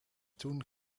toen